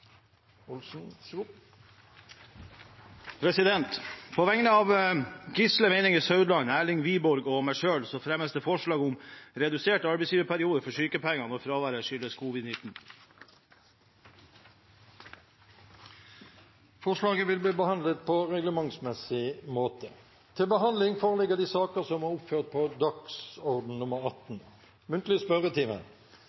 På vegne av Gisle Meininger Saudland, Erlend Wiborg og meg selv fremmes det forslag om redusert arbeidsgiverperiode for sykepenger når fraværet skyldes covid-19. Forslaget vil bli behandlet på reglementsmessig måte.